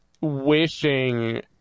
wishing